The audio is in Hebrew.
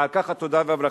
ועל כך התודה והברכה.